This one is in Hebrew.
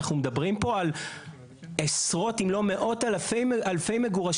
אנחנו מדברים פה על עשרות אם לא מאות אלפי מגורשים.